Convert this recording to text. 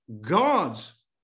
God's